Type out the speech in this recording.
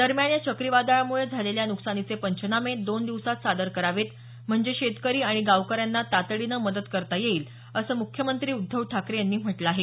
दरम्यान या चक्रीवादळामुळे झालेल्या नुकसानीचे पंचनामे दोन दिवसांत सादर करावेत म्हणजे शेतकरी आणि गावकऱ्यांना तातडीनं मदत करता येईल असं मुख्यमंत्री उद्धव ठाकरे यांनी म्हटलं आहे